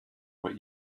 what